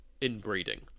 inbreeding